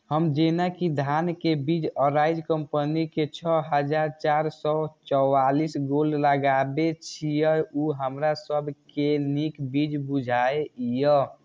हम जेना कि धान के बीज अराइज कम्पनी के छः हजार चार सौ चव्वालीस गोल्ड लगाबे छीय उ हमरा सब के नीक बीज बुझाय इय?